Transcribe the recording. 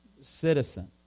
citizen